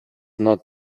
not